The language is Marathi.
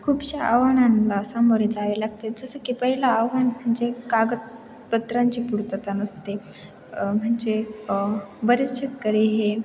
खूपशा आव्हानांला सामोरे जावे लागते जसं की पहिलं आव्हान म्हणजे कागदपत्रांची पूर्तता नसते म्हणजे बरेच शेतकरी हे